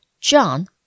John